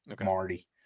Marty